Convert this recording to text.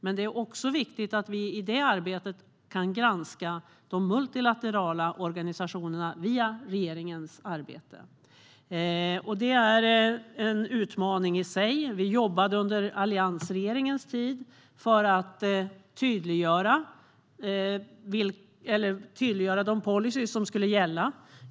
Men det är också viktigt att vi i det arbetet kan granska de multilaterala organisationerna via regeringens arbete. Det är en utmaning i sig. Vi jobbade under alliansregeringens tid för att tydliggöra de policyer som skulle gälla.